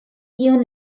kiun